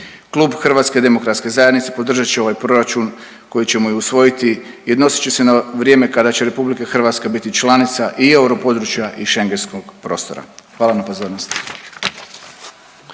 Klub HDZ-a podržat će ovaj proračun koji ćemo i usvojiti i odnosit će se na vrijeme kada će RH biti članica i europodručja i Schengenskog prostora. Hvala na pozornosti.